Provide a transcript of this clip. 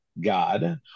God